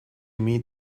meet